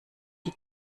die